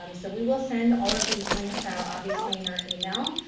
um so, we will send all of these links out obviously in our email,